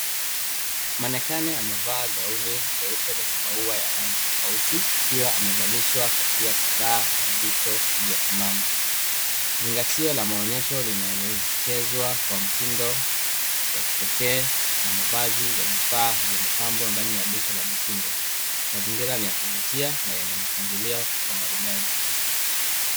Manekane yamevaa gauni jeupe lenye maua ya rangi tofauti, akiwa amevalishwa kofia kadhaa na vito vya thamani. Zingatio la maonyesho linaelekezwa kwa mtindo ya kipekee na mavazi ya vifaa vya mapambo ndani ya duka la mitindo. Mazingira ni ya kuvutia na yenye mpangilio wa maridadi.